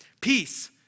peace